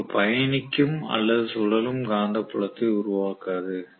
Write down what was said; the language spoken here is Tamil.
அது ஒரு பயணிக்கும் அல்லது சுழலும் புலத்தை உருவாக்காது